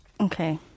Okay